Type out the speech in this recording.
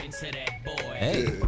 Hey